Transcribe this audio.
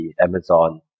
Amazon